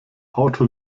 auto